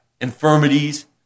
infirmities